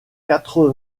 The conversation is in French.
quatre